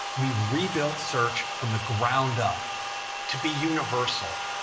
we've rebuilt search from the ground up to be universal,